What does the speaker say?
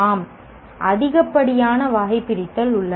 ஆம் அதிகப்படியான வகைபிரித்தல் உள்ளன